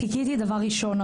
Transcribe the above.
דבר ראשון,